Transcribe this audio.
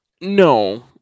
No